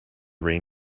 rain